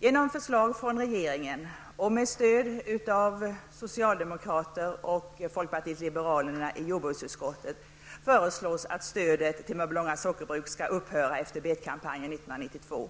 Genom förslag från regeringen och med stöd av socialdemokrater och folkpartiet liberalerna i jordbruksutskottet föreslås att stödet till Mörbylånga sockerbruk skall upphöra efter betkampanjen 1992.